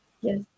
Yes